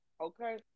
Okay